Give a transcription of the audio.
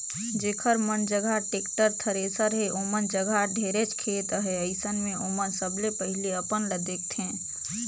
जेखर मन जघा टेक्टर, थेरेसर हे ओमन जघा ढेरेच खेत अहे, अइसन मे ओमन सबले पहिले अपन ल देखथें